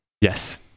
yes